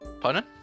pardon